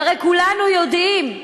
והרי כולנו יודעים,